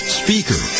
speaker